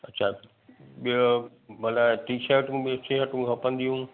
अच्छा ॿियो भला टी शटूं बि छह अठ खपंदियूं